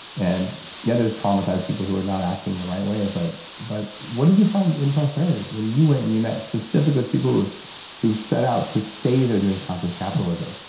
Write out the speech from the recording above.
and yeah there's traumatized people who are not acting the right way, but but what did you find in prosperity, when you went and you met specifically with people who set out to say they're doing conscious capitalism?